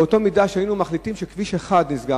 באותה מידה שהיינו מחליטים שכביש מס' 1 נסגר